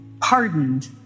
pardoned